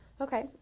Okay